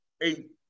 eight